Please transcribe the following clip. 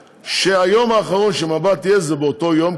שהיום האחרון ש"מבט" יהיה זה אותו היום,